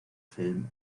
film